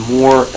more